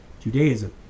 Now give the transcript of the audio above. Judaism